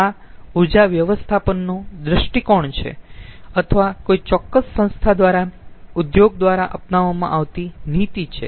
આ ઊર્જા વ્યવસ્થાપનનો દૃષ્ટિકોણ છે અથવા કોઈ ચોક્કસ સંસ્થા અથવા ઉદ્યોગ દ્વારા અપનાવવામાં આવતી નીતિ છે